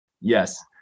Yes